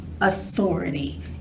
authority